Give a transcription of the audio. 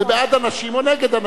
זה בעד הנשים או נגד הנשים.